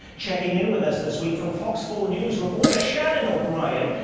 checking in with us this week from fox four news reporter shannon o'brien,